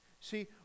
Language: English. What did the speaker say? See